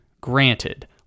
Granted